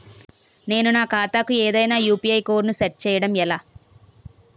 నేను నా ఖాతా కు ఏదైనా యు.పి.ఐ కోడ్ ను సెట్ చేయడం ఎలా?